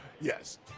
Yes